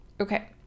okay